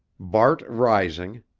bart rising,